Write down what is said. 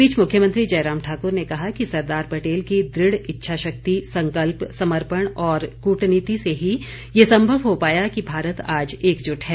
इस बीच मुख्यमंत्री जयराम ठाकुर ने कहा कि सरदार पटेल की दृढ़ इच्छा शक्ति संकल्प समर्पण और कूटनीति से ही ये संभव हो पाया कि भारत आज एकजुट है